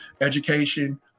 education